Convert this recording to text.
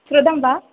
श्रुतं वा